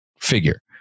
figure